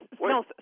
No